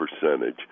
percentage